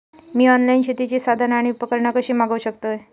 मी online शेतीची साधना आणि उपकरणा कशी मागव शकतय?